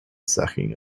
sacking